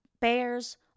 bears